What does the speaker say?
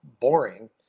boring